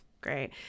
Great